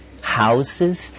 houses